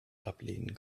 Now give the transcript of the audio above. ablehnen